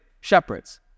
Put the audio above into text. shepherds